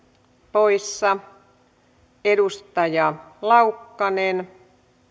poissa edustaja laukkanen